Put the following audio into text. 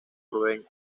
proveen